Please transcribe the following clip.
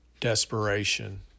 desperation